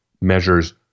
measures